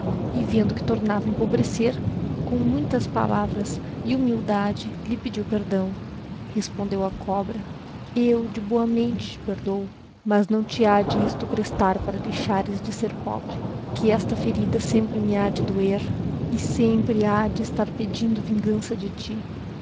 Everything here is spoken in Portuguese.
e vendo que tomava a empobrecer com muitas palavras e humildade lhe pedio perdaõ respondeo a coihu eu de doamente te perdoo mas não te ha de isto prestar para deixares de ser pobre que esta ferida áem pre me ha de doer y e sempre ha de estar pedindo vingança de ti